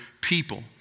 people